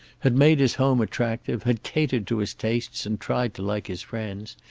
had made his home attractive, had catered to his tastes and tried to like his friends,